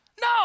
No